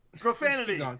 Profanity